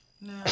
No